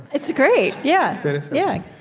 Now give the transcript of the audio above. it's great, yeah but yeah